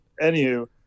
Anywho